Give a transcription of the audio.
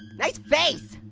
nice face.